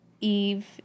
Eve